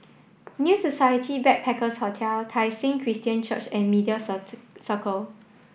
New Society Backpackers' Hotel Tai Seng Christian Church and Media Circle